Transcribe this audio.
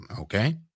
Okay